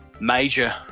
major